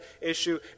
issue